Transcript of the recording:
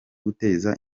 guteza